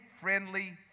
friendly